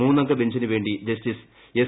മൂന്നംഗ ബഞ്ചിനുവേണ്ടി justice S